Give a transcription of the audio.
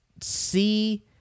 see